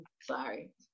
sorry